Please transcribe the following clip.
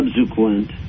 subsequent